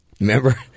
Remember